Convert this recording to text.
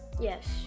Yes